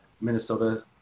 Minnesota